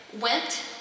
went